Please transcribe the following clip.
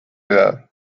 edad